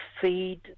feed